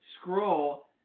scroll